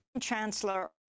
Chancellor